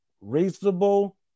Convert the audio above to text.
reasonable